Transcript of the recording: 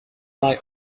die